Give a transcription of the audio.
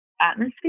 atmosphere